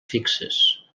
fixes